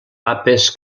papes